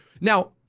now